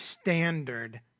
standard